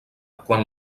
quan